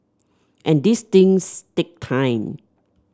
and these things take time